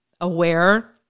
aware